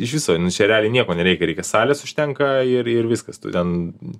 iš viso nu čia realiai nieko nereikia reikia salės užtenka ir ir viskas tu ten